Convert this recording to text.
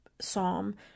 psalm